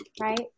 Right